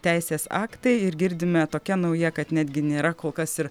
teisės aktai ir girdime tokia nauja kad netgi nėra kol kas ir